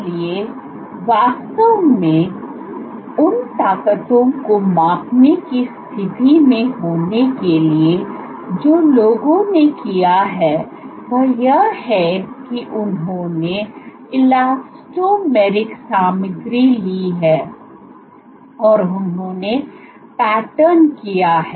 इसलिए वास्तव में उन ताकतों को मापने की स्थिति में होने के लिए जो लोगों ने किया है वह यह है कि उन्होंने इलास्टोमेरिक सामग्री ली है और उन्हें पैटर्न किया है